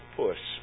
push